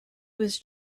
was